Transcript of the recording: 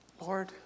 Lord